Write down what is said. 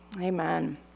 Amen